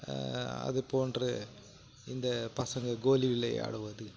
அதுபோன்று இந்த பசங்க கோலி விளையாடுவது